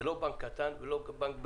זה לא בנק קטן ולא בנק בינוני.